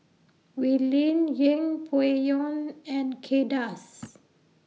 Wee Lin Yeng Pway Ngon and Kay Das